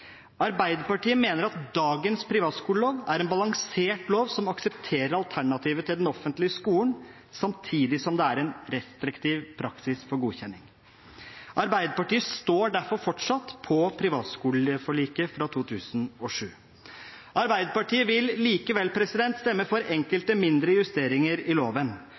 Arbeiderpartiet mener at dagens privatskolelov er en balansert lov som aksepterer alternativer til den offentlige skolen, samtidig som det er en restriktiv praksis for godkjenning. Arbeiderpartiet står derfor fortsatt på privatskoleforliket fra 2007. Arbeiderpartiet vil likevel stemme for enkelte mindre justeringer i loven,